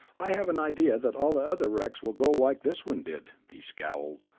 i've an idea that all the other wrecks will go like this one did. he scowled.